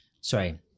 sorry